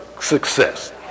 success